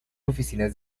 oficinas